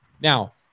Now